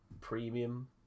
premium